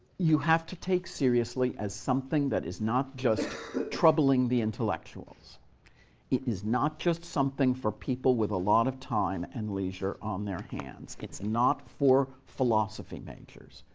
you have to take seriously as something that is not just troubling the intellectuals. it is not just something for people with a lot of time and leisure on their hands. it's not for philosophy majors.